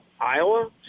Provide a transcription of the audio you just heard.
Iowa